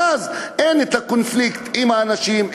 ואז אין הקונפליקט עם האנשים,